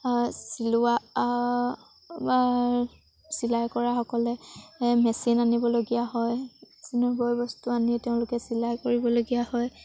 চিলোৱা বা চিলাই কৰা সকলে মেচিন আনিবলগীয়া হয় মেচিন বয়বস্তু আনি তেওঁলোকে চিলাই কৰিবলগীয়া হয়